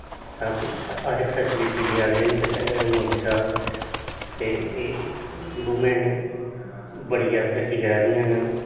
सब किश हर इक फैसीलिटी देआ दे न बचारे मोदी साह्ब ते एह् वुमन बड़ी ज्यादा तरक्की करा दियां न